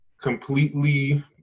completely